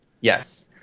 Yes